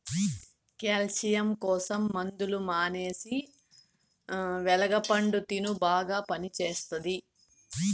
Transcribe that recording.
calcium కోసం మందులు మానేసి వెలగ పండు తిను బాగా పనిచేస్తది